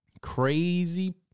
crazy